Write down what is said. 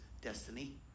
destiny